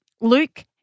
luke